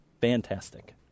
fantastic